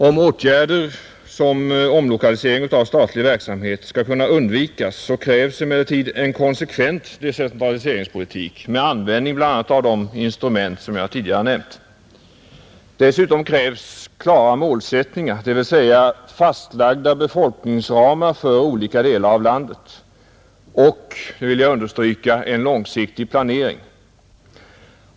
Om åtgärder som omlokalisering av statlig verksamhet skall kunna undvikas, krävs emellertid en konsekvent decentraliseringspolitik med användning av bl.a. de instrument som jag tidigare nämnt. Dessutom krävs klara målsättningar, dvs. fastlagda befolkningsramar för olika delar av landet och — det vill jag understryka — en långsiktig planering.